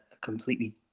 completely